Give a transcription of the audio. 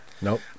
Nope